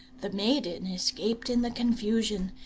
the maiden escaped in the confusion,